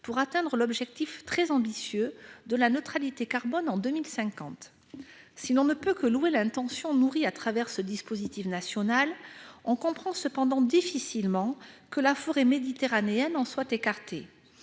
pour atteindre l'objectif très ambitieux de la neutralité carbone en 2050. Si l'on ne peut que louer l'intention nourrie au travers de ce dispositif national, on comprend néanmoins difficilement que la forêt méditerranéenne en soit écartée.